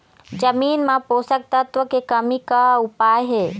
जमीन म पोषकतत्व के कमी का उपाय हे?